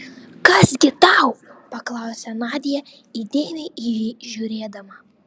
kas gi tau paklausė nadia įdėmiai į jį žiūrėdama